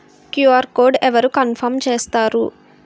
QR code అవరు confirm చేస్తారు?